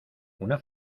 una